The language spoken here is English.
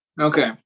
Okay